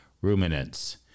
ruminants